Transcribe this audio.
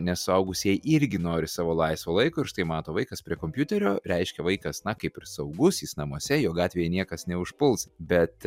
nes suaugusieji irgi nori savo laisvo laiko ir štai mato vaikas prie kompiuterio reiškia vaikas na kaip ir saugus jis namuose jo gatvėje niekas neužpuls bet